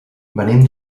venim